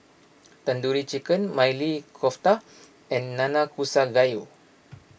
Tandoori Chicken Maili Kofta and Nanakusa Gayu